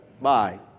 Bye